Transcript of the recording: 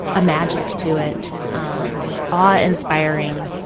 a magic to it awe-inspiring